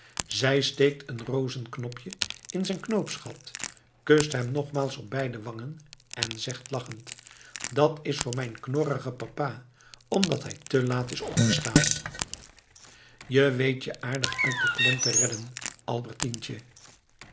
zij steekt een rozenknopje in zijn knoopsgat kust hem nogmaals op beide wangen en zegt lachend dat is voor mijn knorrigen papa omdat hij te laat is opgestaan je weet je aardig uit de klem te redden